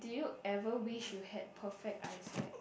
did you ever wish you had perfect eyesight